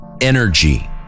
Energy